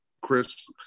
Chris